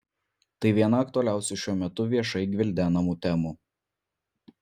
tai viena aktualiausių šiuo metu viešai gvildenamų temų